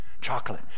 chocolate